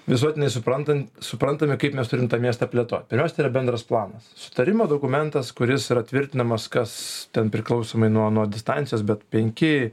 visuotinai suprantant suprantami kaip mes turim tą miestą plėtot pirmiausia tai yra bendras planas sutarimo dokumentas kuris yra tvirtinamas kas ten priklausomai nuo nuo distancijos bet penki